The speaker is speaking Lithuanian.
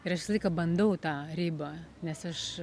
ir aš visą laiką bandau tą ribą nes aš